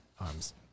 Arms